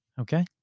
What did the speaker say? Okay